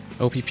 OPP